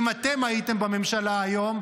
אם אתם הייתם בממשלה היום,